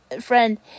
friend